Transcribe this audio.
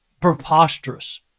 preposterous